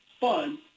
fun